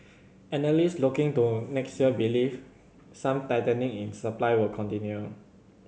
analysts looking to next year believe some tightening in supply will continue